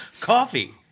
Coffee